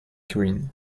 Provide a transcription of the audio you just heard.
green